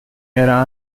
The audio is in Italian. era